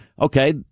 okay